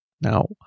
Now